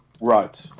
Right